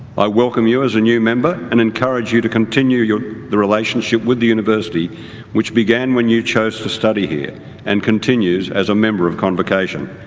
i welcome you as a new member and encourage you to continue your the relationship with the university which began when you chose to study here and continues as a member of convocation.